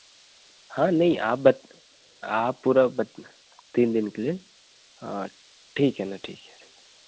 हाँ नहीं आप बात आप पूरा बात तीन दिन के लिए हाँ ठीक है ना ठीक है